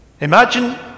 Imagine